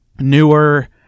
newer